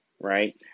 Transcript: right